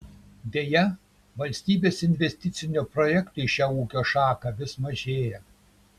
deja valstybės investicinių projektų į šią ūkio šaką vis mažėja